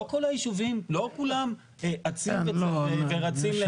לא כל הישובים אצים ורצים --- לא,